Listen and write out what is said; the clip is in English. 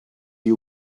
you